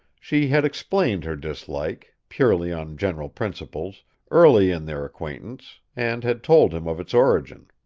she had explained her dislike purely on general principles early in their acquaintance, and had told him of its origin.